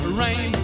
rain